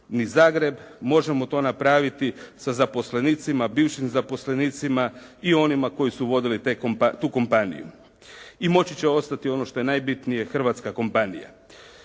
ni Zagreb. Možemo to napraviti sa zaposlenicima, bivšim zaposlenicima i onima koji su vodili tu kompaniju. I moći će ostati ono što je najbitnije - hrvatska kompanija.